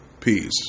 Peace